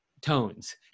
tones